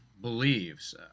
believes